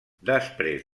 després